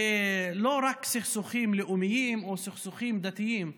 ולא רק סכסוכים לאומיים או סכסוכים דתיים.